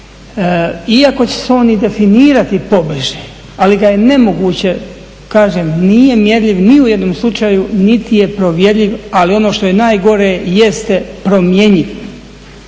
Iako će se on i definirati pobliže, ali ga je nemoguće, kažem nije mjerljiv ni u jednom slučaju niti je provjerljiv ali ono što je najgore jeste promjenjiv,